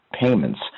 payments